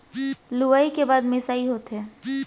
लुवई के बाद मिंसाई होथे